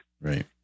Right